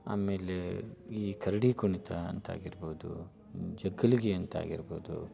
ಆಮೇಲೆ ಈ ಕರಡಿ ಕುಣಿತ ಅಂತ ಆಗಿರ್ಬೋದು ಜಗ್ಗಲ್ಗಿ ಅಂತ ಆಗಿರ್ಬೋದು